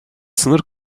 sınır